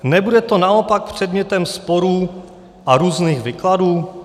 Nebude to naopak předmětem sporů a různých výkladů?